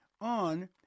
on